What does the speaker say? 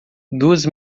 duas